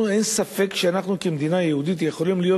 אין ספק שאנחנו כמדינה יהודית יכולים להיות